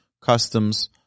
customs